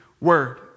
word